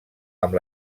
amb